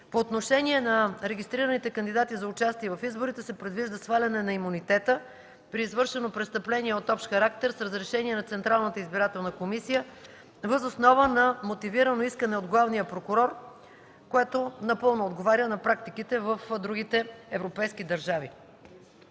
По отношение на регистрираните кандидати за участие в изборите се предвижда сваляне на имунитета при извършено престъпление от общ характер с разрешение на Централната избирателна комиссия, въз основа на мотивирано искане от главния прокурор, което напълно отговаря на практиките в другите държави.